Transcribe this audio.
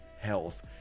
health